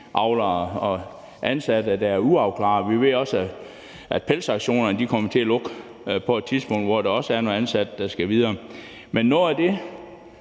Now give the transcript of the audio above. minkavlere og ansatte, der er uafklarede. Vi ved også, at pelsauktionerne også kommer til at lukke på et tidspunkt, hvor der også er nogle ansatte, der skal videre. Men noget af det,